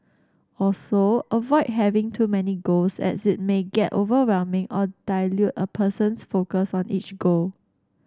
also avoid having too many goals as it may get overwhelming or dilute a person's focus on each goal